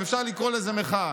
אם אפשר לקרוא לזה מחאה.